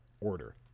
Order